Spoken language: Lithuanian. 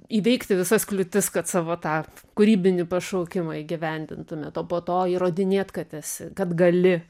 įveikti visas kliūtis kad savo tą kūrybinį pašaukimą įgyvendintumėt o po to įrodinėt kad esi kad gali